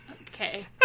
Okay